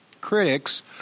critics